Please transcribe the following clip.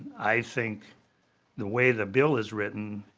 i think the way the bill is written